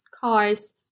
cars